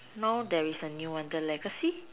now there is a new one the legacy